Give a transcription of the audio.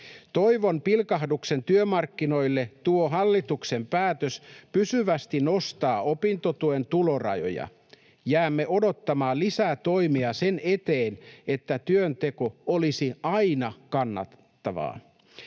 Toivon pilkahduksen työmarkkinoille tuo hallituksen päätös pysyvästi nostaa opintotuen tulorajoja. Jäämme odottamaan lisää toimia sen eteen, että työnteko olisi aina kannattavaa.